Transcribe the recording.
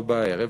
פה בערב,